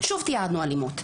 שוב תיעדנו אלימות.